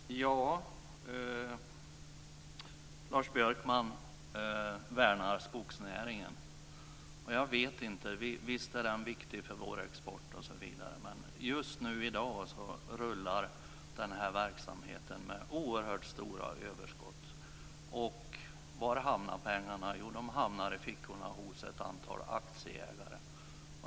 Fru talman! Lars Björkman värnar skogsnäringen. Visst är den viktig för vår export, men just i dag rullar den verksamheten med oerhört stora överskott. Och var hamnar pengarna? Jo, de hamnar i fickorna hos ett antal aktieägare.